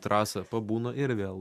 trasą pabūna ir vėl